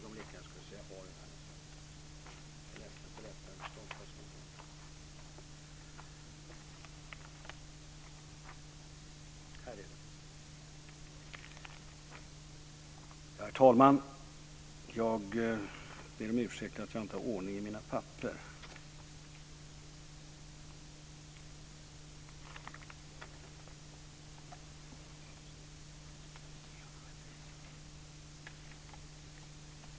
Herr talman!